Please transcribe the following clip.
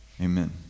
Amen